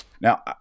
Now